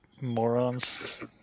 morons